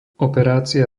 operácia